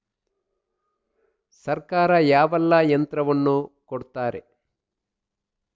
ಸರ್ಕಾರ ಯಾವೆಲ್ಲಾ ಯಂತ್ರವನ್ನು ಕೊಡುತ್ತಾರೆ?